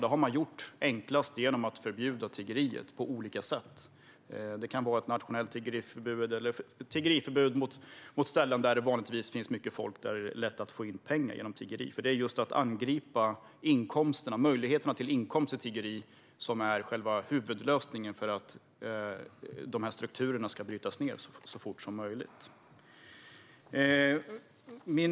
Det har man gjort enklast genom att förbjuda tiggeriet på olika sätt, genom ett nationellt tiggeriförbud eller tiggeriförbud på ställen där det vanligtvis finns mycket folk och där det är lätt att få in pengar genom att tigga. Att angripa just inkomsterna, möjligheterna att få en inkomst genom tiggeri, är huvudlösningen för att bryta ned de här strukturerna så fort som möjligt.